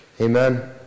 Amen